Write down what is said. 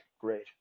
great